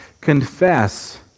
Confess